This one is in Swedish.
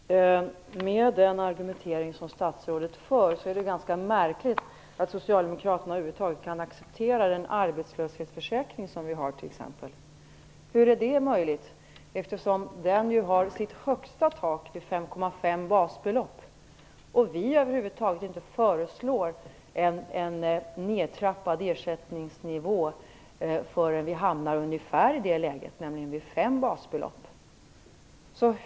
Fru talman! Med tanke på den argumentering som statsrådet för är det ganska märkligt att Socialdemokraterna över huvud taget kan acceptera den arbetslöshetsförsäkring vi har, t.ex. Hur är det möjligt? Det högsta taket i den ligger ju vid 5,5 basbelopp. Vi föreslår inte nedtrappad ersättningsnivå förrän vi hamnar ungefär i det läget, nämligen vid 5 basbelopp.